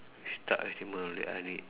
which animal will